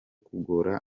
kugora